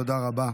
תודה רבה.